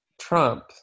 Trump